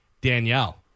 Danielle